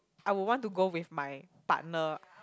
I would want to go with my partner